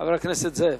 חבר הכנסת זאב.